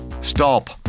Stop